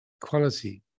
quality